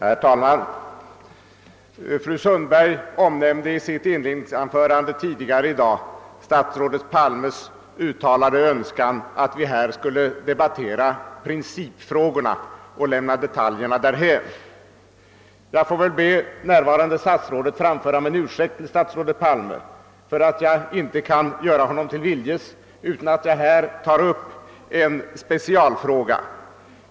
Herr talman! Fru Sundberg omnämnde i sitt inledningsanförande tidigare i dag statsrådet Palmes uttalade önskan att vi här i riksdagen främst skulle debattera principfrågorna och försöka lämna detaljerna därhän. Jag får väl be närvarande statsrådet framföra min ursäkt till statsrådet Palme för att jag inte kan göra honom till viljes, utan att jag nu tar upp en specialfråga.